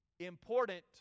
important